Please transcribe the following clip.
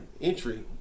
entry